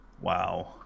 Wow